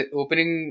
opening